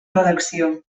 redacció